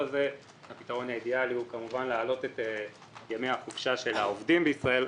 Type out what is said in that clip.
הפתרון האידיאלי הוא כמובן להעלות את ימי החופשה של העובדים בישראל,